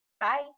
bye